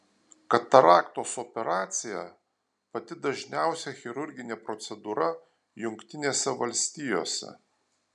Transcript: kataraktos operacija pati dažniausia chirurginė procedūra jungtinėse valstijose